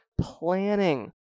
planning